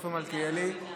איפה מלכיאלי?